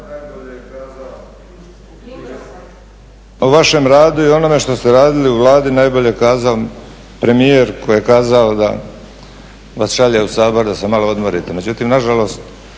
uključen./ … o vašem radu i onome što ste radili u Vladi najbolje je kazao premijer koji je kazao da vas šalje u Sabor da se malo odmorite.